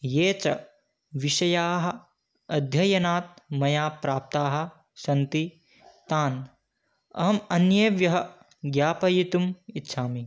ये च विषयाः अध्ययनात् मया प्राप्ताः सन्ति तान् अहम् अन्येभ्यः ज्ञापयितुम् इच्छामि